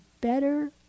better